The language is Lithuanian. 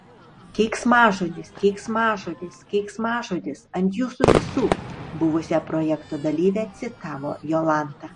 keiksmažodis keiksmažodis keiksmažodis ant jūsų visų buvusią projekto dalyvę citavo jolanta